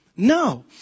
No